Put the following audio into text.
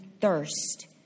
thirst